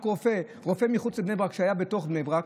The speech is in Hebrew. רופא, רופא מחוץ לבני ברק, שהיה בתוך בני ברק